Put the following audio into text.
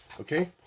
Okay